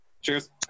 Cheers